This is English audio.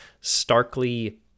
starkly